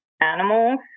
animals